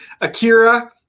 Akira